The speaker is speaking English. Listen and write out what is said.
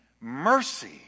mercy